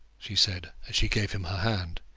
she said, as she gave him her hand.